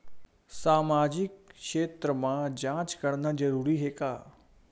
सामाजिक क्षेत्र म जांच करना जरूरी हे का?